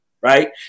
Right